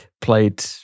played